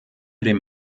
dem